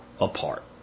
apart